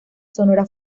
sonora